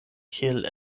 kiel